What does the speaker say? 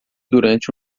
durante